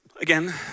Again